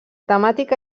temàtica